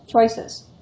choices